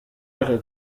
ako